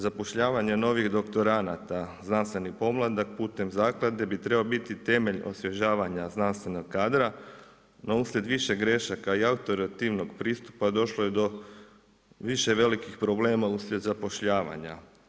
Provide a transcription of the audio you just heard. Zapošljavanje novih doktoranada znanstveni pomladak putem zaklade bi trebao biti temelj osvježavanja znanstvenog kadra no uslijed više grešaka i autoritetnog pristupa došlo je do više velikih problema uslijed zapošljavanja.